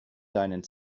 deinen